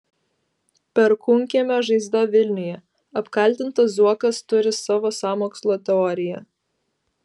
perkūnkiemio žaizda vilniuje apkaltintas zuokas turi savo sąmokslo teoriją